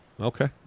Okay